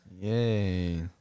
Yay